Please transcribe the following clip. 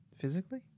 physically